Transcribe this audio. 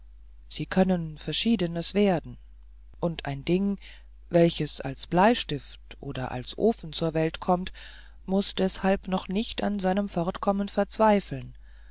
sie können verschiedenes werden und ein ding welches als bleistift oder als ofen zur welt kommt muß deshalb noch nicht an seinem fortkommen verzweifeln